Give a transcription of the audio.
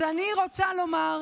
לא אמרתי.